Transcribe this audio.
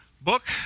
book